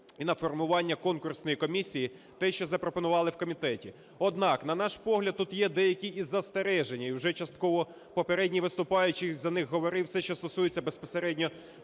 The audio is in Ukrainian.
і на формування конкурсної комісії, те, що запропонували в комітеті. Однак, на наш погляд, тут є деякі і застереження. І вже частково попередній виступаючий за них говорив. Все, що стосується безпосередньо